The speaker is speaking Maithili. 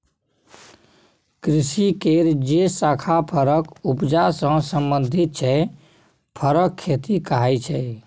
कृषि केर जे शाखा फरक उपजा सँ संबंधित छै फरक खेती कहाइ छै